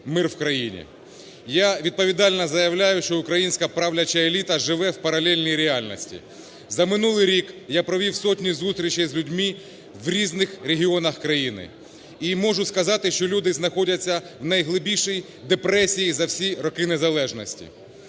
мир в країні. Я відповідально заявляю, що українська правляча еліта живе в паралельній реальності. За минулий рік я провів сотні зустрічей з людьми в різних регіонах країни і можу сказати, що люди знаходяться в найглибшій депресії за всі роки незалежності.